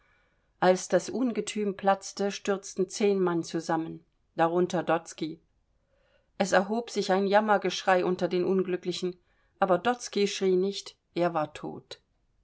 als das ungetüm platzte stürzten zehn mann zusammen darunter dotzky es erhob sich ein jammergeschrei unter den unglücklichen aber dotzky schrie nicht er war tot